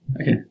Okay